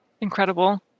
Incredible